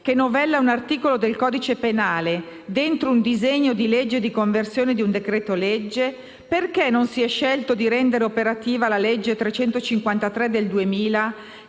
che novella un articolo del codice penale dentro un disegno di legge di conversione di un decreto-legge, perché non si è scelto di rendere operativa la legge n. 353 del 2000